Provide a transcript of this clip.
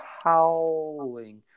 howling